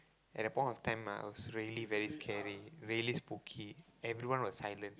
at that point of time ah it was really very scary really spooky everyone was silent